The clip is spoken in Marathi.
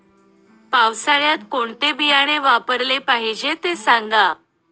पावसाळ्यात कोणते बियाणे वापरले पाहिजे ते सांगा